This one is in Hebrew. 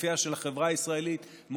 אופייה של החברה הישראלית,